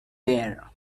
there